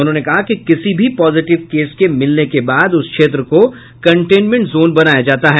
उन्होंने कहा कि किसी भी पॉजिटिव केस के मिलने के बाद उस क्षेत्र को कंटेनमेंट जोन बनाया जाता है